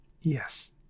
yes